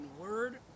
word